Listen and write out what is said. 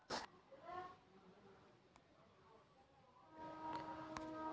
Alkali నేల యెక్క pH ఎంత ఉంటుంది? ఆల్కలి నేలలో అధిక దిగుబడి ఇచ్చే పంట గ్యారంటీ వివరించండి?